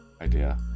idea